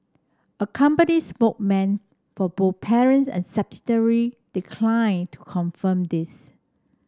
a company spoke man for both parents and subsidiary decline to confirm this